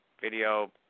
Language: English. video